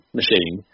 machine